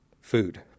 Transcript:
food